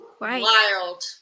Wild